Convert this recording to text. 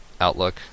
outlook